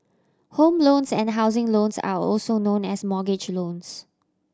home loans and housing loans are also known as mortgage loans